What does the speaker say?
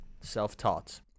Self-taught